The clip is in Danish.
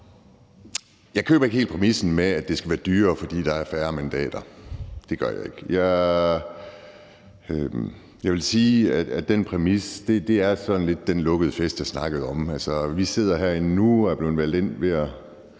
Jeg køber ikke helt præmissen om, at det skal være dyrere, fordi der er færre mandater – det gør jeg ikke. Jeg vil sige, at den præmis lidt gør, at det bliver den lukkede fest, jeg snakkede om. Vi sidder herinde nu og er blevet valgt ind ved at